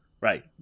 right